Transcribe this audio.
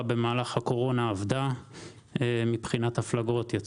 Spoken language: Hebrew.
הפלגה בגלל שהספינות האלו מפליגות עם דגל זר ולא